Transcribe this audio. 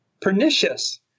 pernicious